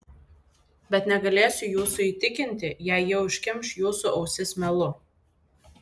bet negalėsiu jūsų įtikinti jei ji užkimš jūsų ausis melu